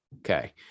Okay